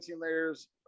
layers